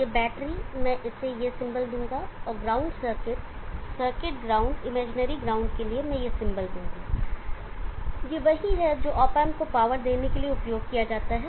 यह बैटरी मैं इसे यह सिंबल दूंगा और ground circuit circuit ground imaginary ground के लिए मैं यह सिंबल दूंगा यह वही है जो ऑप एंप को पावर देने के लिए उपयोग किया जाता है